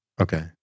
okay